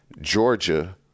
Georgia